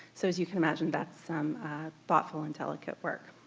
so as you can imagine, that's some thoughtful and delicate work.